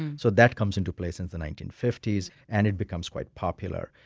so that comes into play since the nineteen fifty s, and it becomes quite popular.